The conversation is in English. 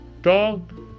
Dog